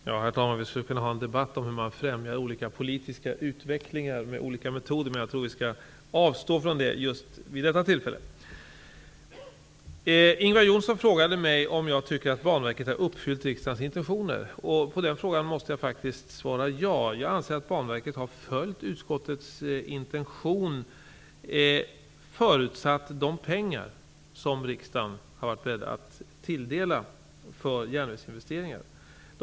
Herr talman! Vi skulle kunna ha en debatt om hur man främjar politisk utveckling av olika slag med olika metoder. Men jag tror att vi skall avstå från det just vid detta tillfälle. Ingvar Johnsson frågade mig om jag tycker att Banverket har uppfyllt riksdagens intentioner. På den frågan måste jag faktiskt svara ja. Jag anser att Banverket har följt utskottets intention så långt som de pengar som riksdagen har varit beredd att tilldela för järnvägsinvesteringar har gett förutsättningar för.